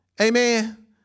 Amen